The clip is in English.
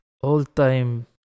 All-time